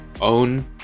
own